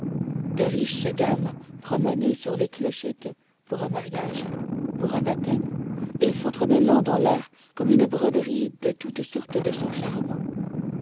de riches gammes promenées sur les clochettes pour un mariage pour un baptême et s'entremêlant dans l'air comme une broderie de toutes sortes de sons charmants